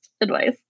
advice